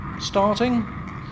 starting